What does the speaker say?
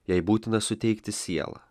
jai būtina suteikti sielą